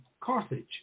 Carthage